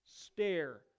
stare